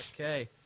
Okay